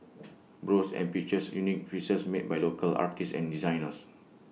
browse and purchase unique pieces made by local artists and designers